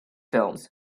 films